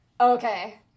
Okay